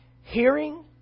hearing